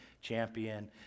Champion